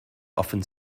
often